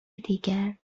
دیگر